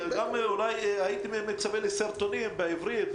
הייתי מצפה שיהיו סרטונים בעברית,